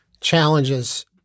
challenges